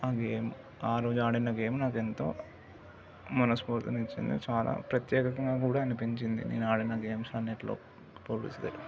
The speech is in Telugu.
ఆ గేమ్ ఆరోజు ఆడిన గేమ్ నాకెంతో మనస్ఫూర్తినిచ్చింది చాలా ప్రత్యేకంగా కూడా అనిపించింది నేను ఆడిన గేమ్స్ అన్నింటిలో పోలిస్తే